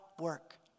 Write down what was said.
work